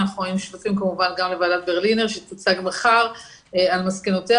היינו שותפים כמובן גם לוועדת ברלינר שתוצג מחר על מסקנותיה,